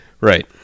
Right